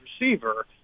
receiver